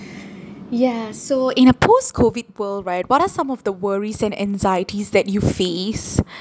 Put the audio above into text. ya so in a post COVID world right what are some of the worries and anxieties that you face